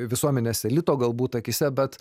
visuomenės elito galbūt akyse bet